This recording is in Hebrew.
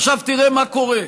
עכשיו, תראה מה קורה: